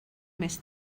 més